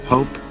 Hope